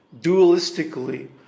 dualistically